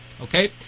Okay